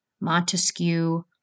Montesquieu